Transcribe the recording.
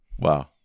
Wow